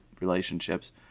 relationships